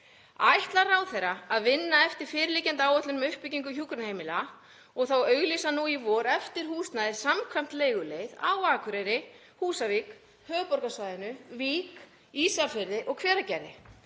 Ætlar ráðherra að vinna eftir fyrirliggjandi áætlun um uppbyggingu hjúkrunarheimila og þá auglýsa nú í vor eftir húsnæði samkvæmt leiguleið á Akureyri, Húsavík, höfuðborgarsvæðinu, Vík, Ísafirði og Hveragerði?